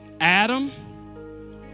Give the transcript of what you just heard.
Adam